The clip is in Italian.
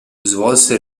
svolse